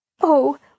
Oh